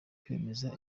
kwemeza